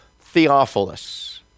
Theophilus